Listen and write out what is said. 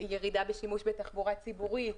ירידה בשימוש בתחבורה ציבורית,